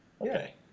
Okay